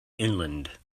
inland